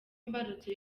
imbarutso